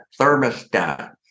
thermostat